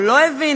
או לא הבין,